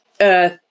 earth